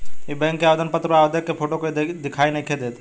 इ बैक के आवेदन पत्र पर आवेदक के फोटो दिखाई नइखे देत